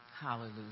Hallelujah